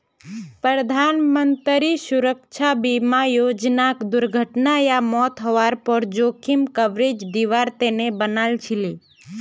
प्रधानमंत्री सुरक्षा बीमा योजनाक दुर्घटना या मौत हवार पर जोखिम कवरेज दिवार तने बनाल छीले